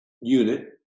unit